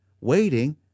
Waiting